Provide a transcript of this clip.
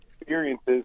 experiences